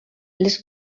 les